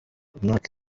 imyaka